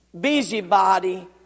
busybody